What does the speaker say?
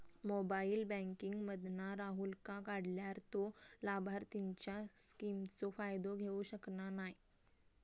mobile banking मधना राहूलका काढल्यार तो लाभार्थींच्या स्किमचो फायदो घेऊ शकना नाय